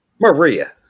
Maria